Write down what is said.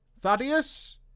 Thaddeus